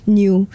new